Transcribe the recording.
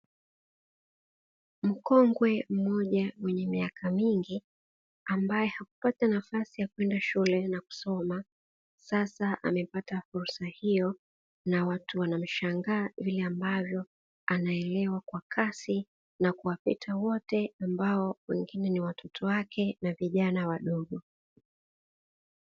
Mkongwe mmoja kwenye miaka mingi ambayo hakupata nafasi ya kwenda shule na kusoma, sasa amepata fursa hiyo na watu wanamshangaa yule ambavyo anaelewa kwa kasi na kuwapita wote ambao wengine ni watoto wake na vijana wadogo.